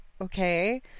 Okay